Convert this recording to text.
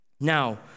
Now